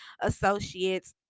associates